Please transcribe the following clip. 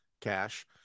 cash